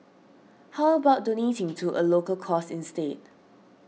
how about donating to a local cause instead